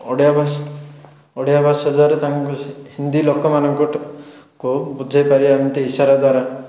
ଓଡ଼ିଆ ଭାଷା ଓଡ଼ିଆ ଭାଷା ଯାହାର ତାଙ୍କୁ ସି ହିନ୍ଦୀ ଲୋକମାନଙ୍କଠାରୁ କେଉଁ ବୁଝେଇପାରିବା ଏମତି ଇସାରା ଦ୍ୱାରା